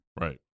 Right